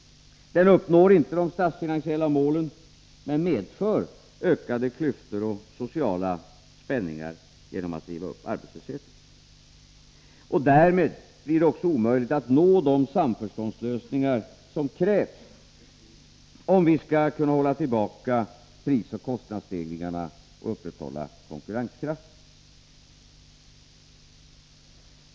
Den uppnår inte de statsfinansiella målen men medför ökade klyftor och sociala spänningar genom att driva upp arbetslösheten. Och därmed blir det också omöjligt att nå de samförståndslösningar som krävs om vi skall kunna hålla tillbaka prisoch kostnadsstegringarna och upprätthålla konkurrenskraften.